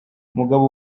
umugabo